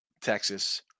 Texas